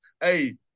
hey